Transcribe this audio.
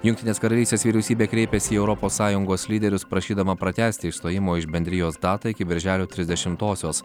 jungtinės karalystės vyriausybė kreipėsi į europos sąjungos lyderius prašydama pratęsti išstojimo iš bendrijos datą iki birželio trisdešimtosios